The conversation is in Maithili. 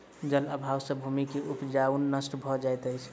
जल अभाव सॅ भूमि के उपजाऊपन नष्ट भ जाइत अछि